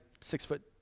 six-foot